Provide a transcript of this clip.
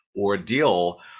ordeal